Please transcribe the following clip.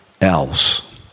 else